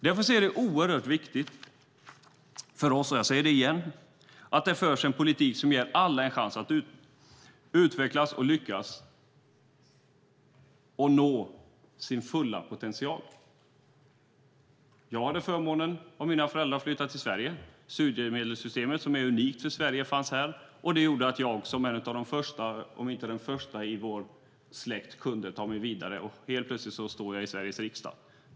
Därför är det oerhört viktigt för oss - jag säger det igen - att det förs en politik som ger alla en chans att utvecklas och lyckas nå sin fulla potential. Jag hade förmånen att mina föräldrar flyttade till Sverige. Studiemedelssystemet, som är unikt för Sverige, fanns här. Det gjorde att jag som en av de första - om inte den första - i vår släkt kunde ta mig vidare, och helt plötsligt står jag i Sveriges riksdag.